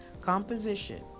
composition